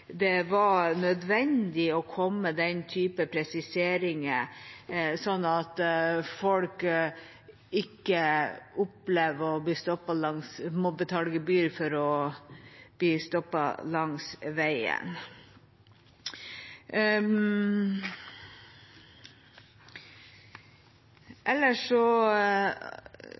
det var nødvendig å komme med den typen presiseringer, slik at folk ikke opplever å måtte betale gebyr for å bli stoppet langs veien. Ellers